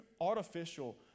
artificial